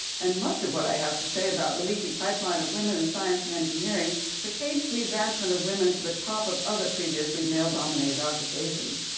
and much of what i have to say about the leaky pipeline of women in science and engineering pertains to the advancement of women to the top of other previously male-dominated occupations.